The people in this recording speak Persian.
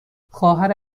خواهر